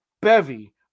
bevy